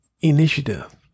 initiative